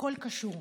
הכול קשור,